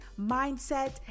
mindset